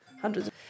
Hundreds